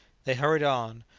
they hurried on.